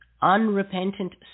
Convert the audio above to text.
Unrepentant